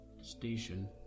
station